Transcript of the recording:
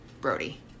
Brody